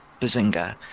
Bazinga